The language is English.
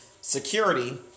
security